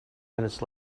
minutes